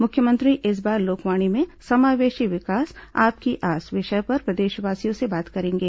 मुख्यमंत्री इस बार लोकवाणी में समावेशी विकास आपकी आस विषय पर प्रदेशवासियों से बात करेंगे